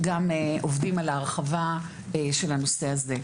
גם עובדים על ההרחבה של הנושא הזה,